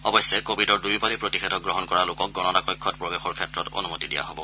অৱশ্যে কোৱিডৰ দুয়ো পালি প্ৰতিষেধক গ্ৰহণ কৰা লোকক গণনা কক্ষত প্ৰৱেশৰ ক্ষেত্ৰত অনুমতি দিয়া হ'ব